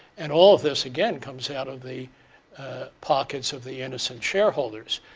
and all of this, again, comes out of the pockets of the innocent shareholders.